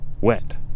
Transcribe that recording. Wet